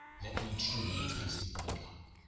let me truly taste thy cup,